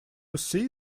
see